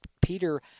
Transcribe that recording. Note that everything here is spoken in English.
Peter